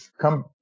Come